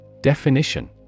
Definition